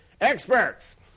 experts